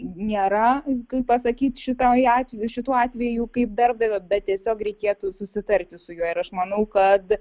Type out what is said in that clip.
nėra kaip pasakyt šitai atv šituo atveju kaip darbdavio bet tiesiog reikėtų susitarti su juo ir aš manau kad